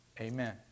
Amen